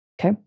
Okay